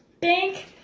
bank